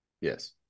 Yes